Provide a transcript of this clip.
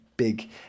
Big